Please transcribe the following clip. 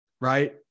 Right